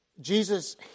Jesus